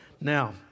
Now